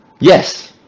Yes